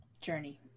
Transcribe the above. journey